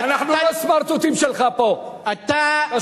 יש גבול, יש גבול.